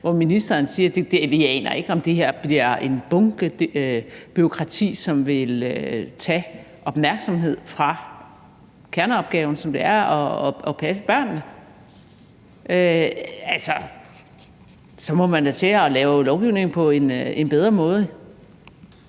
hvor ministeren siger, at hun ikke aner, om det her bliver en bunke af bureaukrati, som vil tage opmærksomhed fra kerneopgaven, som er at passe børnene. Altså, så må man da til at lave lovgivning på en bedre måde.